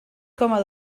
coma